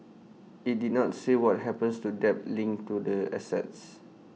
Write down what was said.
IT did not say what happens to debt linked to the assets